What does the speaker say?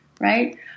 Right